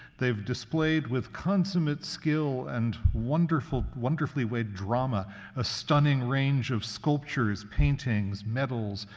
they've displayed with consummate skill and wonderfully wonderfully weighed drama a stunning range of sculptures, paintings, medals,